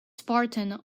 spartan